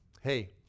hey